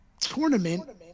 tournament